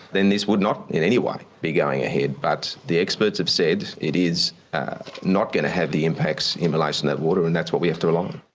then this would not in any way be going ahead. but the experts have said it is not going to have the impacts in relation to that water and that's what we have to rely on.